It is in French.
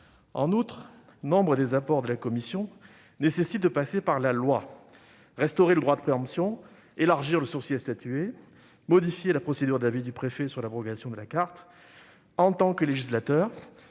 En outre, nombre des apports de la commission nécessitent de passer par la loi : restaurer le droit de préemption ; élargir le sursis à statuer ; modifier la procédure d'avis du préfet sur l'abrogation de la carte. En tant que législateurs,